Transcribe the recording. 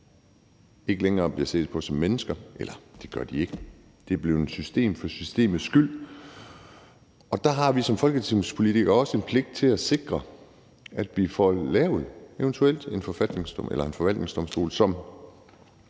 ikke længere bliver set på som mennesker. Eller det gør de ikke. Det er blevet et system for systemets skyld, og der har vi som folketingspolitikere også en pligt til at sikre, at vi eventuelt får lavet en forvaltningsdomstol, som